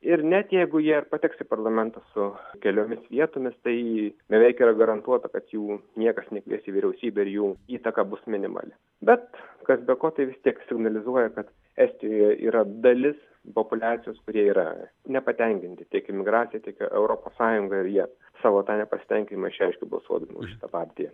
ir net jeigu jie ir pateks į parlamentą su keliomis vietomis tai beveik yra garantuota kad jų niekas nekvies į vyriausybę ir jų įtaka bus minimali bet kas be ko tai vis tiek signalizuoja kad estijoje yra dalis populiacijos kurie yra nepatenkinti tiek imigracija tiek europos sąjunga ir jie savo tą nepasitenkinimą išreiškia balsuodami už šitą partiją